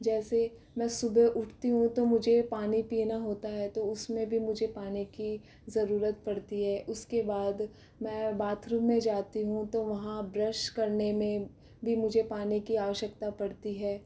जैसे मैं सुबह उठती हूँ तो मुझे पानी पीना होता है तो उसमें भी मुझे पानी की ज़रुरत पड़ती है उसके बाद मैं बाथरुम में जाती हूँ तो वहाँ ब्रश करने में भी मुझे पानी की आवश्यकता पड़ती है